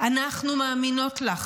אנחנו מאמינות לך,